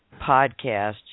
podcast